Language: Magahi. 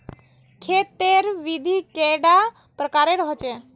खेत तेर विधि कैडा प्रकारेर होचे?